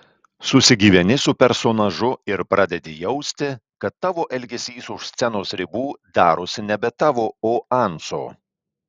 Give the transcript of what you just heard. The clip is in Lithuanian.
susigyveni su personažu ir pradedi jausti kad tavo elgesys už scenos ribų darosi nebe tavo o anso